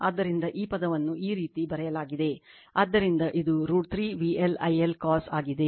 ಆದ್ದರಿಂದ ಈ ಪದವನ್ನು ಈ ರೀತಿ ಬರೆಯಲಾಗಿದೆ ಆದ್ದರಿಂದ ಇದು √ 3 VL I L cos ಆಗಿದೆ